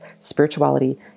spirituality